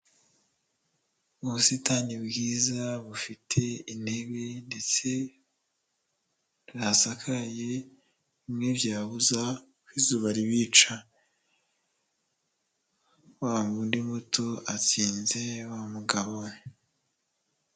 Ubusitani bwiza bufite intebe ndetse ntihasakaye bimwe byabuza ko izuba ribica, wa wundi muto atsinze wa mugabo we.